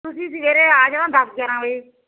ਤੁਸੀਂ ਸਵੇਰੇ ਆ ਜਾਓ ਦਸ ਗਿਆਰਾਂ ਵਜੇ